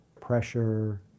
pressure